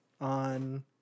on